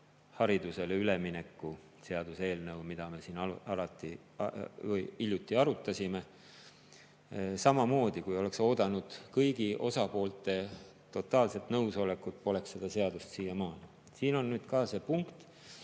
haridusele ülemineku seaduseelnõu, mida me siin hiljuti arutasime. Kui me oleks oodanud kõigi osapoolte totaalselt nõusolekut, poleks seda seadust siiamaani. Siin on [nüüd nii], et